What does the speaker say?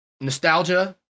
nostalgia